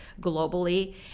globally